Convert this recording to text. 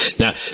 Now